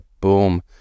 boom